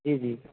جی جی